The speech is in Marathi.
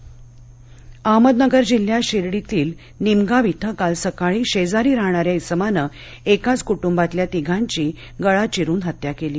हत्त्या नगर अहमदनगर जिल्ह्यात शिर्डीतील निमगाव इथं काल सकाळी शेजारी रहाणाऱ्या इसमाने एकाच कुटुंबातील तीघांची गळा चिरून हत्या केली